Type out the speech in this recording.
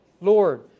Lord